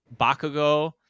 Bakugo